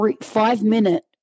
five-minute